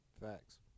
Facts